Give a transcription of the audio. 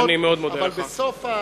אבל בסוף הדברים,